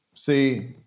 See